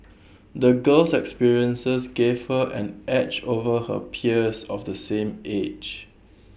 the girl's experiences gave her an edge over her peers of the same age